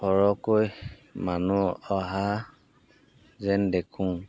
সৰহকৈ মানুহ অহা যেন দেখোঁ